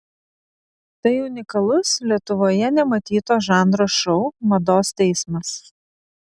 tai unikalus lietuvoje nematyto žanro šou mados teismas